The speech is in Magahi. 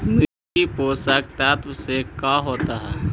मिट्टी पोषक तत्त्व से का होता है?